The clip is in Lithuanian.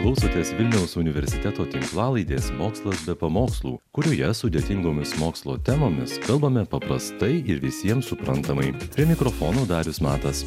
klausotės vilniaus universiteto tinklalaidės mokslas be pamokslų kurioje su dėsningumais mokslo temomis kalbame paprastai ir visiems suprantamai prie mikrofonų darius matas